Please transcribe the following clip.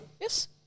Yes